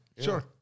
Sure